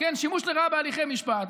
שימוש לרעה בהליכי משפט,